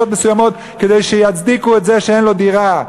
מסוימות כדי שיצדיקו את זה שאין לו דירה.